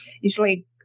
Usually